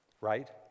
Right